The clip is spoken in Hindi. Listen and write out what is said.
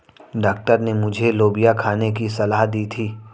डॉक्टर ने मुझे लोबिया खाने की सलाह दी थी